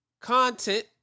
content